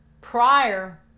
prior